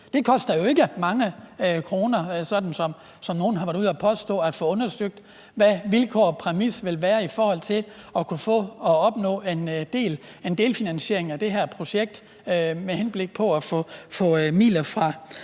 Det koster jo ikke mange kroner, sådan som nogle har været ude at påstå, at få undersøgt, hvad vilkårene og præmissen ville være i forhold til at kunne opnå en delfinansiering af det her projekt, med henblik på at få midler fra